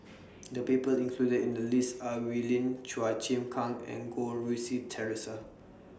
The People included in The list Are Wee Lin Chua Chim Kang and Goh Rui Si Theresa